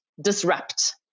Disrupt